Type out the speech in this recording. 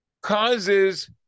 causes